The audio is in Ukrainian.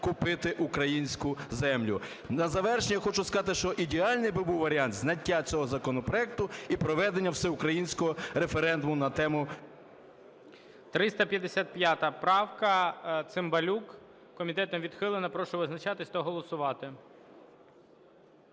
купити українську землю. На завершення я хочу сказати, що ідеальний би був варіант зняття цього законопроекту і проведення всеукраїнського референдуму на тему...